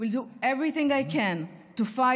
will do everything I can to fight